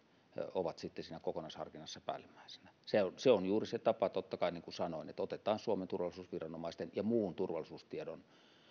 ovat sitten siinä kokonaisharkinnassa päällimmäisenä se se on juuri se tapa totta kai niin kuin sanoin että otetaan suomen turvallisuusviranomaisten ja muu turvallisuustieto